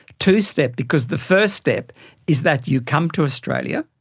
two-step because the first step is that you come to australia,